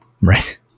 Right